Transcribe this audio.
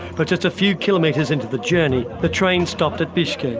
but just a few kilometres into the journey, the train stopped at biske.